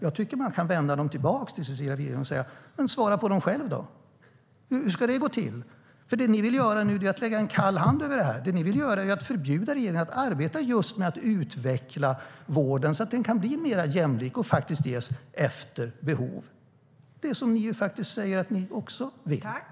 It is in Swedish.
Jag tycker att man kan vända tillbaka till Cecilia Widegren och säga: Men svara på dem själv! Hur ska det gå till? Det ni vill göra nu är nämligen att lägga en kall hand över det här. Det ni vill göra är att förbjuda regeringen att arbeta med att utveckla vården, så att den kan bli mer jämlik och ges efter behov, det som ni säger att ni också vill.